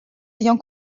ayant